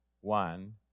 one